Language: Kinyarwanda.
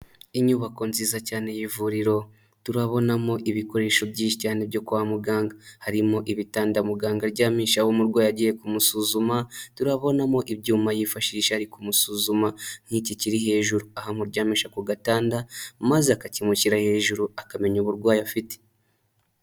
Inyubako nziza cyane y'ivuriro, turabonamo ibikoresho byinshi cyane byo kwa muganga, harimo ibitanda muganga aryamishaho umurwayi agiye kumusuzuma, turabonamo ibyuma yifashisha ari kumusuzuma nk'iki kiri hejuru aho amuryamisha ku gatanda maze akakimushyira hejuru akamenya uburwayi afite.